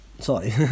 Sorry